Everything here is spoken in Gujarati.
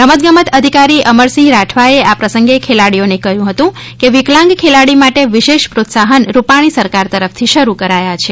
રમતગમત અધિકારી અમરસિંહ રાઠવાએ આ પ્રસંગે ખેલાડીઓને કહ્યુ હતુ કે વિકલાંગ ખેલાડી માટે વિશેષ પ્રોત્સાહન રૂપાણી સરકાર તરફથી શરૂ કરાયા છે